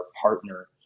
partner